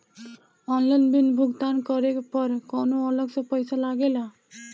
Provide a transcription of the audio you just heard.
Online bill भुगतान करे पर कौनो अलग से पईसा लगेला?